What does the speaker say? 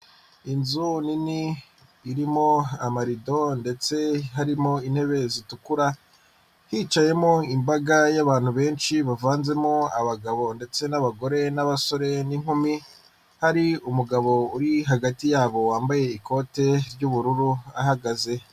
Inzu nini irimo amarido ndetse harimo intebe zitukura, hicayemo imbaga y'abantu benshi bavanzemo abagabo ndetse n'abagore n'abasore n'inkumi, hari umugabo uri hagati yabo wambaye ikote ry'ubururu ahagaze.